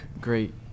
great